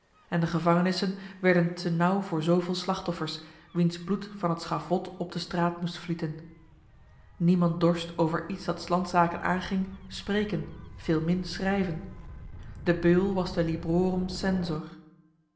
en de gevangenissen werden te nauw voor zoveel slachtoffers wiens bloed van het schavot op de straat moest vlieten niemand dorst over iets dat s landszaken aanging spreken veel min schrijven de beul was de librorum censor